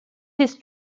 his